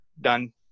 done